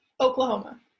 oklahoma